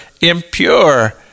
impure